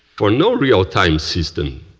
for no realtime system,